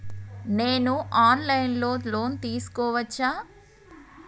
నేను online లో loan తీసుకోవచ్చా?